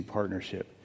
partnership